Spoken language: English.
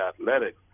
athletic